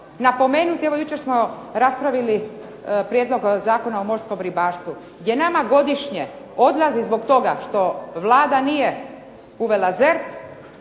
napomenuti evo jučer smo raspravili Prijedlog Zakona o morskom ribarstvu gdje nama godišnje odlazi zbog toga što Vlada nije uvela ZERP,